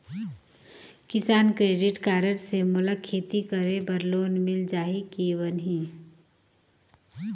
किसान credit card से मोला खेती करे बर लोन मिल जाहि की बनही??